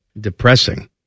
depressing